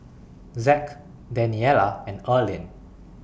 Zack Daniella and Erlene